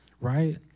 right